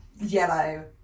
yellow